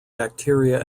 bacteria